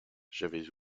j’avais